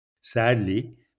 Sadly